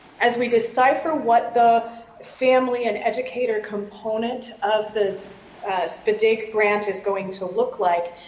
as we decipher what the family and educator component of the spdg grant is going to look like,